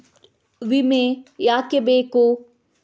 ವಿಮೆ ಯಾಕೆ ಬೇಕು?